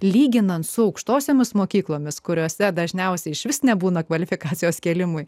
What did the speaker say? lyginant su aukštosiomis mokyklomis kuriose dažniausiai išvis nebūna kvalifikacijos kėlimui